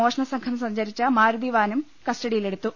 മോഷണ സംഘം സഞ്ചരിച്ച മാരുതി വാനും കസ്റ്റഡിയിലെടുത്തു